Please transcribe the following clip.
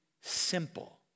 simple